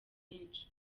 benshi